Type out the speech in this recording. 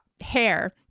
hair